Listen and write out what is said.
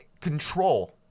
control